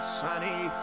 sunny